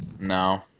No